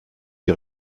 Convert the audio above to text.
die